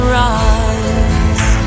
rise